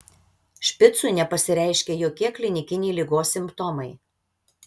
špicui nepasireiškė jokie klinikiniai ligos simptomai